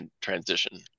transition